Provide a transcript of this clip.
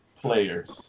players